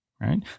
right